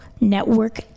Network